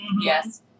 Yes